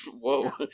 Whoa